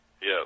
Yes